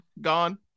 Gone